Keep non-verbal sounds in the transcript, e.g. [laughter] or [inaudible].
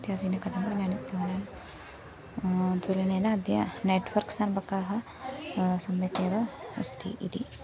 इत्यादीनि [unintelligible] तुलनेन अद्य नेट्वर्क् सम्पर्कः सम्यक् एव अस्ति इति